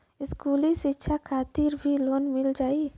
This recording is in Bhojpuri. इस्कुली शिक्षा खातिर भी लोन मिल जाई?